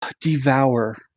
Devour